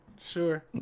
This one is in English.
sure